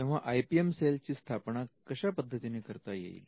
तेव्हा I P M सेलची स्थापना कशा पद्धतीने करता येईल